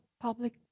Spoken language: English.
public